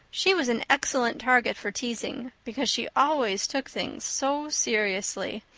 she was an excellent target for teasing because she always took things so seriously.